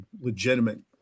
legitimate